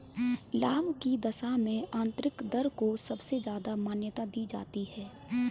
लाभ की दशा में आन्तरिक दर को सबसे ज्यादा मान्यता दी जाती है